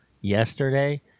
yesterday